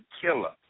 killer